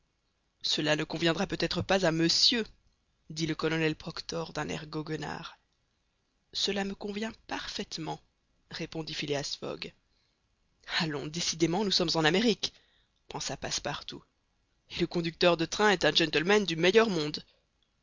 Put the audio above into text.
cela ne conviendra peut-être pas à monsieur dit le colonel proctor d'un air goguenard cela me convient parfaitement répondit phileas fogg allons décidément nous sommes en amérique pensa passepartout et le conducteur de train est un gentleman du meilleur monde